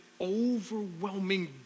overwhelming